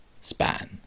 span